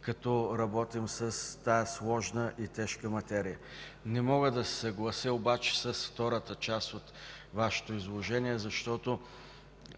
когато работим с тази сложна и тежка материя. Не мога да се съглася обаче с втората част от Вашето изложение, защото